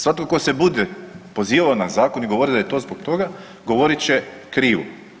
Svatko ko se bude pozivao na zakon i govorio da je to zbog toga govorit će krivo.